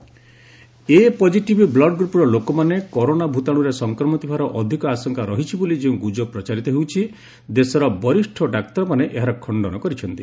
blood group fake news A positive ବ୍ଲଡ୍ଗ୍ରପର ଲୋକମାନେ corona ଭୂତାଣୁରେ ସଂକ୍ରମିତ ହେବାର ଅଧିକ ଆଶଙ୍କା ରହିଛି ବୋଲି ଯେଉଁ ଗୁଜବ ପ୍ରଚାରିତ ହୋଇଛି ଦେଶର ବରିଷ୍ଣ ଡାକ୍ତରମାନେ ଏହାର ଖଣ୍ଡନ କରିଛନ୍ତି